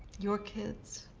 your kids?